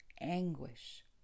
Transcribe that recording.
anguish